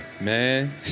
Man